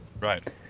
Right